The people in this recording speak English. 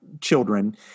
children